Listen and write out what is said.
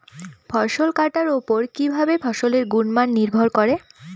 ফসল কাটার উপর কিভাবে ফসলের গুণমান নির্ভর করে?